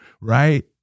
Right